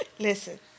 Listen